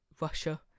Russia